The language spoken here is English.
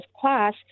class